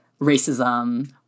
racism